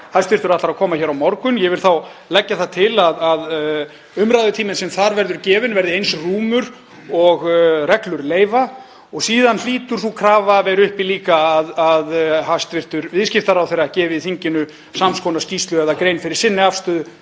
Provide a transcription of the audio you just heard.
ætlar að koma hér á morgun og ég vil þá leggja það til að umræðutími sem þar verður gefinn verði eins rúmur og reglur leyfa. Síðan hlýtur sú krafa að vera uppi líka að hæstv. viðskiptaráðherra gefi þinginu sams konar skýrslu eða geri grein fyrir sinni afstöðu